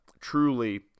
truly